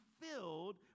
filled